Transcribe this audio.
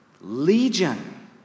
legion